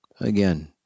again